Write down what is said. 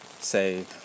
say